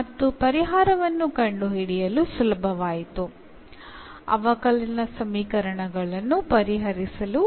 മറ്റൊന്നുള്ളത് variable separable ഫോമിലേക്ക് മാറ്റാവുന്ന സമവാക്യങ്ങൾ ഉണ്ടെന്നുള്ളതാണ്